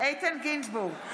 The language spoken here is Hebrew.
איתן גינזבורג,